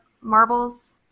marbles